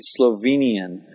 Slovenian